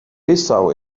bissau